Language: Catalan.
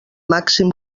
màxim